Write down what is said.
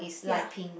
ya